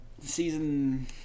Season